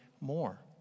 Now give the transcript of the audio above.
more